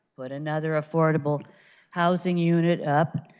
put another affordable housing unit up.